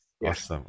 Yes